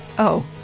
oh.